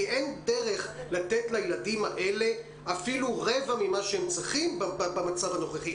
אין דרך לתת לילדים האלה אפילו רבע ממה שהם צריכים במצב הנוכחי,